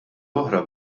oħra